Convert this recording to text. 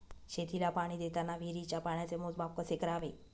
शेतीला पाणी देताना विहिरीच्या पाण्याचे मोजमाप कसे करावे?